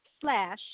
slash